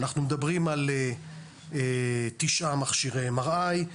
אנחנו מדברים על תשעה מכשירי MRI,